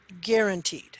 guaranteed